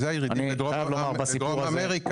רק